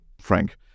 Frank